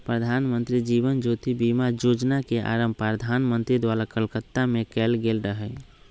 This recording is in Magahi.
प्रधानमंत्री जीवन ज्योति बीमा जोजना के आरंभ प्रधानमंत्री द्वारा कलकत्ता में कएल गेल रहइ